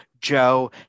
Joe